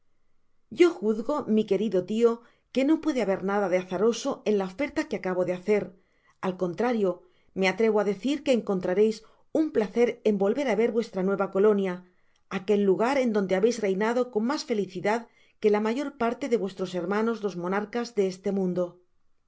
yo juzgo mi querido tio que no puede haber nada de azaroso en la oferta que acabo de hacer al contrario me atrevo á decir que encontrareis un placer en volver á ver vuestra nueva colonia aquel lagar en donde habeis reinado con mas félicidad que la mayor parte de vuestros hermanos los monarcas de este mundo